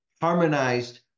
harmonized